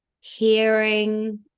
hearing